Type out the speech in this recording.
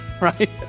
right